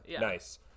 Nice